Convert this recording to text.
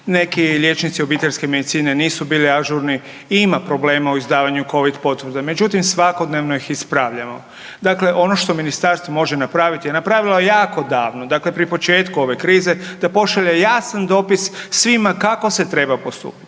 neki liječnici obiteljske medicine nisu bili ažurni i ima problema u izdavanju Covid potvrda. Međutim, svakodnevno ih ispravljamo. Dakle, ono što ministarstvo može napraviti napravilo je jako davno, dakle pri početku ove krize da pošalje jasan dopis svima kako se treba postupati.